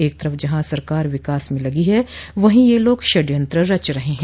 एक तरफ जहां सरकार विकास में लगी है वहीं यह लोग षड्यंत्र रच रहे हैं